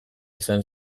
izan